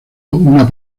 una